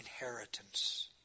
inheritance